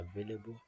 available